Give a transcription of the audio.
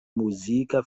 muzika